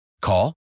Call